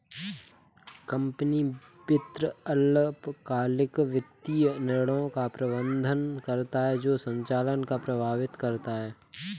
company वित्त अल्पकालिक वित्तीय निर्णयों का प्रबंधन करता है जो संचालन को प्रभावित करता है